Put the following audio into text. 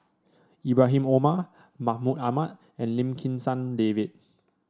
Ibrahim Omar Mahmud Ahmad and Lim Kim San David